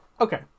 okay